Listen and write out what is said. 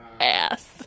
Ass